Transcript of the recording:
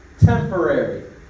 temporary